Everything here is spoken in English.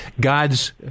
God's